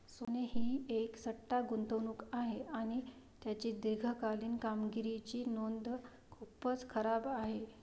सोने ही एक सट्टा गुंतवणूक आहे आणि त्याची दीर्घकालीन कामगिरीची नोंद खूपच खराब आहे